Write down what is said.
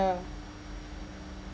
yeah